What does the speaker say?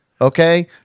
okay